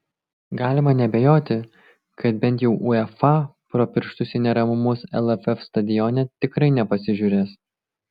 galima neabejoti kad bent jau uefa pro pirštus į neramumus lff stadione tikrai nepasižiūrės